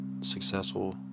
successful